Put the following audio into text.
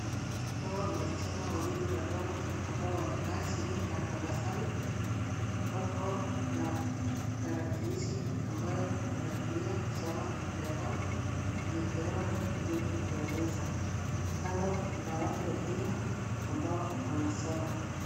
Hawa ni wasichana wawili wadogo ambao wamekaa chini na tabasamu. Wako na tarakilishi ambayo wanatumia kusoma mtandao imeekelewa juu ya meza. Kando kuna watu wengine ambao wanasoma.